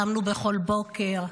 קמנו בכל בוקר,